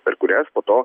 per kurias po to